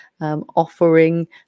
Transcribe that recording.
offering